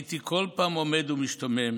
הייתי כל פעם עומד ומשתומם